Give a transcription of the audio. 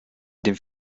den